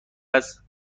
است